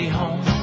home